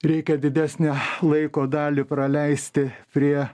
reikia didesnę laiko dalį praleisti prie